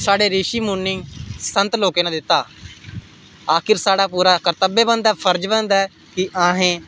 साढ़े रिशी मुनि साढ़े संत लोकें दित्ता आखर साढ़ा पूरा कर्तव्य बनदा ऐ फर्ज बनदा असें